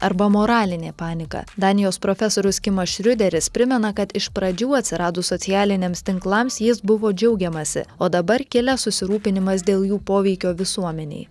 arba moralinė panika danijos profesorius kimas šrioderis primena kad iš pradžių atsiradus socialiniams tinklams jais buvo džiaugiamasi o dabar kilęs susirūpinimas dėl jų poveikio visuomenei